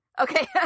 Okay